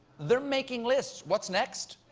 they're making lists. what's next?